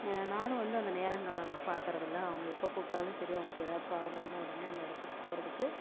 நானும் வந்து அந்த நேரம் காலம்லாம் பார்க்கறது இல்லை அவங்க எப்போ கூப்பிட்டாலும் சரி அவங்களுக்கு எதாவுது ப்ராப்ளம்னால் உடனே அந்த இடத்துக்குப் போகிறதுக்கு